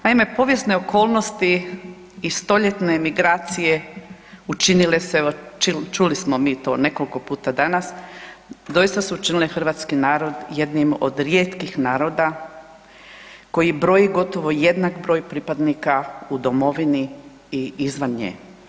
Naime, povijesne okolnosti i stoljetne migracije učinile su, čuli smo mi to nekoliko puta danas, doista su učinile hrvatski narod jednim od rijetkih naroda koji broji gotovo jednak broj pripadnika u domovini i izvan nje.